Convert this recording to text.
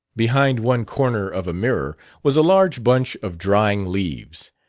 behind one corner of a mirror was a large bunch of drying leaves.